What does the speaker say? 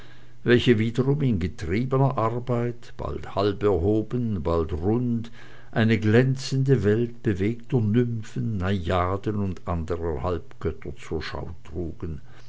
welche wiederum in getriebener arbeit bald halb erhoben bald rund eine glänzende welt bewegter nymphen najaden und anderer halbgötter zur schau trugen